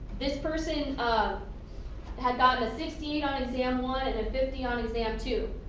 this person um had gotten a sixty eight on exam one, fifty on exam two.